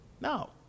no